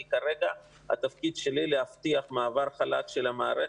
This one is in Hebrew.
כי כרגע התפקיד שלי הוא להבטיח מעבר חלק של המערכת,